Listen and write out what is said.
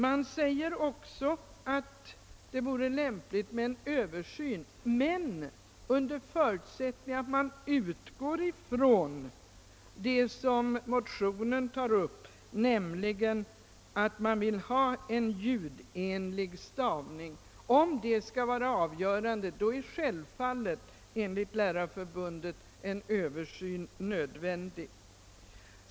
Man säger också, att det vore lämpligt med en översyn — under förutsättning att man utgår ifrån vad som sägs i motionen, nämligen att syftet är att åstadkomma en ljudenlig stavning. Om detta skall vara avgörande är enligt Lärarförbundet en översyn nödvändig.